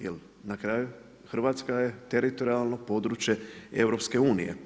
Jer na kraju Hrvatska je teritorijalno područje EU.